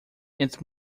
entre